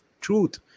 truth